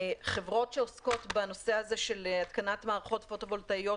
חברות שעוסקות בנושא הזה של התקנת מערכות פוטו-וולטאיות